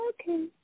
Okay